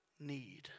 need